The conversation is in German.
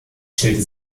stellte